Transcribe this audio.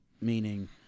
meaning